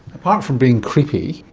apart from being creepy,